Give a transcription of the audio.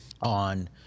on